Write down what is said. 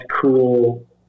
cool